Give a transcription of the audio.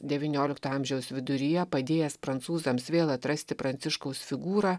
devyniolikto amžiaus viduryje padėjęs prancūzams vėl atrasti pranciškaus figūrą